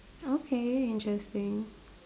okay interesting